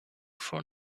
for